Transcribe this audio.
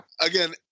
Again